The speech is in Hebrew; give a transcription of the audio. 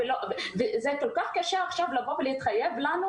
זה כל כך קשה עכשיו לבוא ולהתחייב לנו?